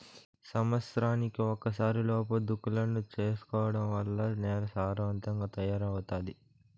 సమత్సరానికి ఒకసారి లోతు దుక్కులను చేసుకోవడం వల్ల నేల సారవంతంగా తయారవుతాది